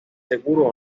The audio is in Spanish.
seguro